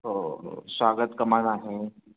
हो हो स्वागत कमान आहे